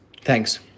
Thanks